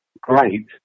great